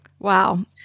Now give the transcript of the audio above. Wow